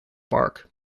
bark